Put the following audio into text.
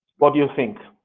what do you think?